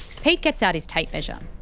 pete gets out his tape measure.